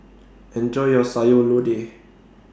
Enjoy your Sayur Lodeh